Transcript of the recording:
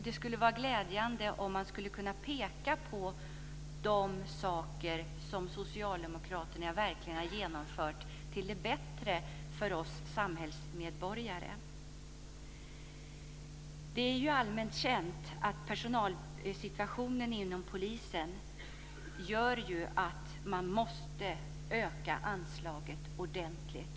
Det vore glädjande om man kunde peka på någonting som socialdemokraterna har genomfört som har varit till det bättre för oss samhällsmedborgare. Det är allmänt känt att personalsituationen inom polisen gör att anslaget måste öka ordentligt.